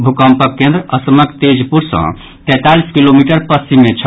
भूकम्पक केन्द्र असमक तेजपुर सँ तैंतालीस किलोमीटर पश्चिम मे छल